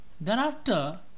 Thereafter